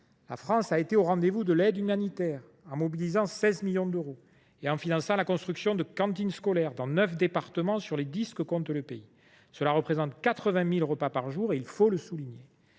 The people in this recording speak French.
la France a été au rendez vous de l’aide humanitaire, en mobilisant 16 millions d’euros et en finançant la construction de cantines scolaires dans neuf départements sur les dix que compte le pays. Cela représente 80 000 repas par jour, il faut le souligner.